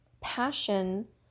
passion